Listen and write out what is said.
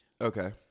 Okay